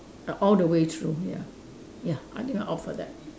uh all the way through ya ya I think I'll offer that